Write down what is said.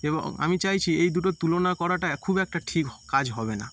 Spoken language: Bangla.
এবং আমি চাইছি এই দুটোর তুলনা করাটা খুব একটা ঠিক কাজ হবে না